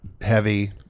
heavy